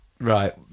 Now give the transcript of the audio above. Right